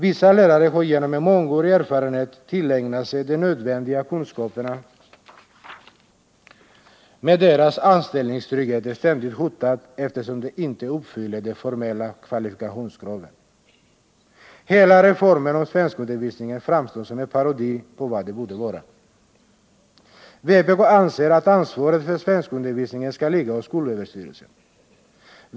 Vissa lärare med mångårig erfarenhet har tillägnat sig de nödvändiga kunskaperna, men deras anställningstrygghet är ständigt hotad, eftersom de inte uppfyller de formella kvalifikationskraven. Hela reformen om svenskundervisning framstår som en parodi på vad den borde vara. Vpk anser att ansvaret för svenskundervisningen skall ligga hos skolöverstyrelsen.